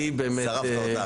שרפת אותה עכשיו.